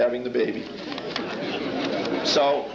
having the baby so